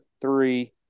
three